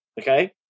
okay